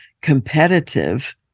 competitive